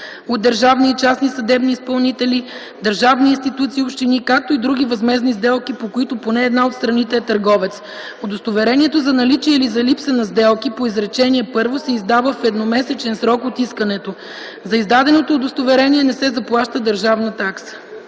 от държавни и частни съдебни изпълнители, държавни институции и общини, както и други възмездни сделки, по които поне една от страните е търговец. Удостоверението за наличие или за липса на сделки по изречение първо се издава в едномесечен срок от искането. За издаденото удостоверение не се заплаща държавна такса”.”